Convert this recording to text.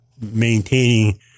maintaining